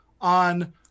on